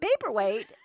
paperweight